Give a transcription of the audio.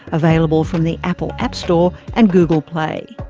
available from the apple app store and google play.